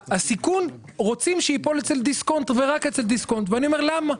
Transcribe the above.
רוצים שהסיכון ייפול אצל דיסקונט ורק אצל דיסקונט ואני שואל למה.